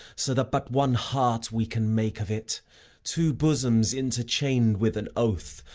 so that but one heart we can make of it two bosoms interchained with an oath,